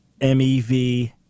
MEV